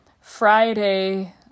Friday